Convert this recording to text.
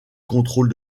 contrôle